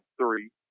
three